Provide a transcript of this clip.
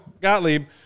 Gottlieb